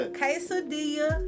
quesadilla